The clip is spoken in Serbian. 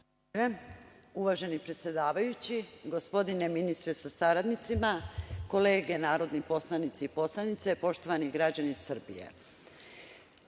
predsedavajući, gospodine ministre sa saradnicima, kolege narodni poslanici i poslanice, poštovani građani Srbije,